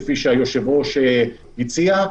כפי שהיושב-ראש הציע,